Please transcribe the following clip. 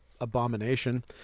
abomination